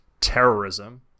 terrorism